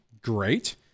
great